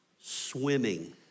swimming